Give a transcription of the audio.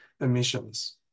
emissions